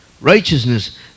righteousness